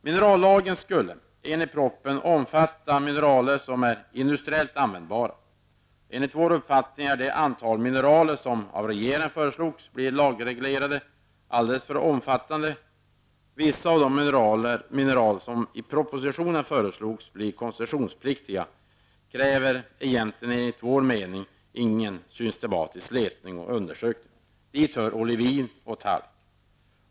Minerallagen skulle, enligt propositionen, omfatta mineraler som är industriellt användbara. Enligt vår uppfattning var det antal mineraler som av regeringen föreslogs bli lagreglerade alltför omfattande. Vissa av de mineral som i propositionen föreslogs bli koncessionspliktiga kräver enligt vår mening egentligen inte någon systematisk letning och undersökning. Dit hör olivin och talk.